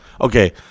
okay